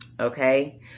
Okay